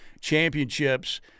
championships